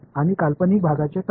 आणि काल्पनिक भागाचे काय